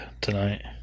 tonight